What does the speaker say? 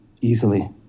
easily